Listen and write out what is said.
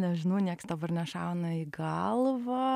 nežinau nieks dabar nešauna į galvą